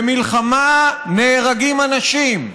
במלחמה נהרגים אנשים.